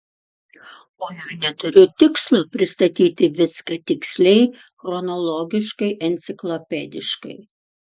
o ir neturiu tikslo pristatyti viską tiksliai chronologiškai enciklopediškai